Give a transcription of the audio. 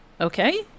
okay